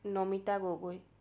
Namita Gogoi